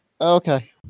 okay